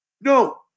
No